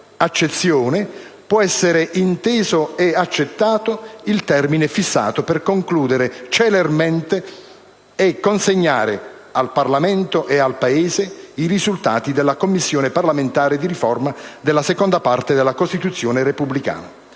accezione può essere inteso e accettato il termine fissato per concludere celermente e consegnare al Parlamento e al Paese i risultati del Comitato parlamentare di riforma della seconda Parte della Costituzione repubblicana.